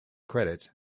credits